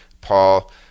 Paul